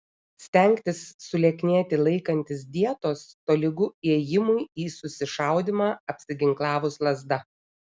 stengtis sulieknėti laikantis dietos tolygu ėjimui į susišaudymą apsiginklavus lazda